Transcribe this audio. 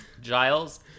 Giles